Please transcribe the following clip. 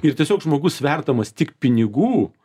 ir tiesiog žmogus sverdamas tik pinigų